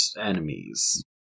enemies